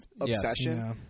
obsession